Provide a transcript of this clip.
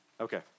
Okay